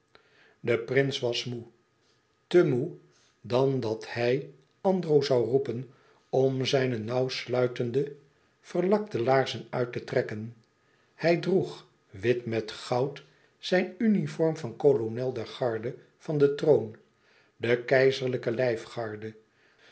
de prins was moê te moê dan dat hij andro zoû roepen om zijne nauwsluitende verlakte laarzen uit te trekken hij droeg wit met goud zijn uniform van kolonel der garde van den troon de keizerlijke